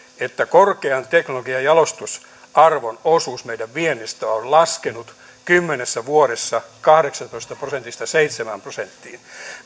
että korkean teknologian jalostusarvon osuus meidän viennistä on laskenut kymmenessä vuodessa kahdeksantoista prosentista seitsemään prosenttiin